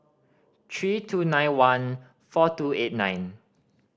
three two nine one four two eight nine